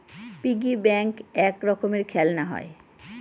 piggy bank এক রকমের খেলনা হয়